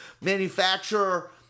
manufacturer